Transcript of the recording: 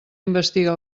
investiga